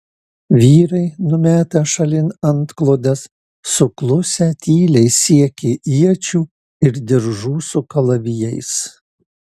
vyrai numetę šalin antklodes suklusę tyliai siekė iečių ir diržų su kalavijais